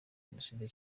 jenoside